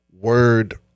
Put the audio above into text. word